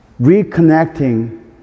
reconnecting